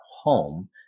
home